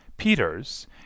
Peters